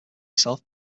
self